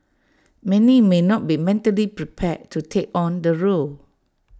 many may not be mentally prepared to take on the role